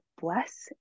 bless